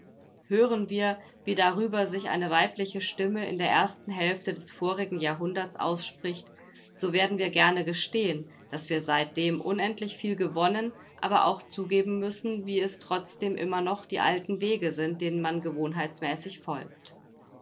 hören wir wie darüber sich eine weibliche stimme in der ersten hälfte des vorigen jahrhunderts ausspricht so werden wir gerne gestehen daß wir seitdem unendlich viel gewonnen aber auch zugeben müssen wie es trotzdem immer noch die alten wege sind denen man gewohnheitsmäßig folgt